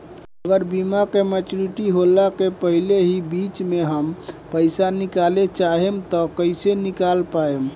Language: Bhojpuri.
अगर बीमा के मेचूरिटि होला के पहिले ही बीच मे हम पईसा निकाले चाहेम त कइसे निकाल पायेम?